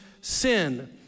sin